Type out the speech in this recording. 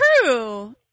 true